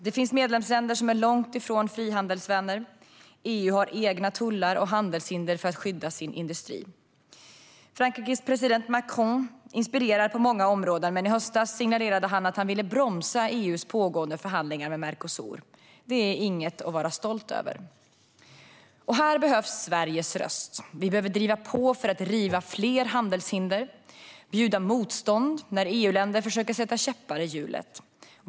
Det finns medlemsländer som är långt ifrån frihandelsvänner. EU har egna tullar och handelshinder för att skydda sin industri. Frankrikes president Macron inspirerar på många områden, men i höstas signalerade han att han ville bromsa EU:s pågående förhandlingar med Mercosur. Det är inget att vara stolt över. Här behövs Sveriges röst. Vi behöver driva på för att riva fler handelshinder och bjuda motstånd när EU-länder försöker sätta käppar i hjulet.